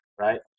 Right